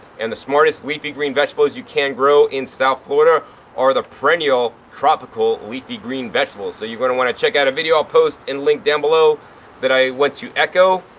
and the smartest leafy green vegetables you can grow in south florida are the perennial tropical leafy green vegetables. so you're going to want to check out a video i'll post and link down below that i went to echo,